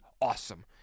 awesome